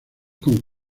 con